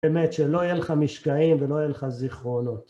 באמת שלא יהיו לך משקעים ולא יהיו לך זיכרונות.